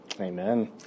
Amen